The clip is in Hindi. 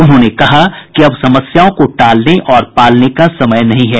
उन्होंने कहा कि अब समस्याओं को टालने और पालने का समय नहीं है